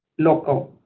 local,